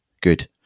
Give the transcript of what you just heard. good